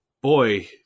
boy